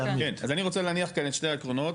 אז אני רוצתה להניח כאן את שני העקרונות,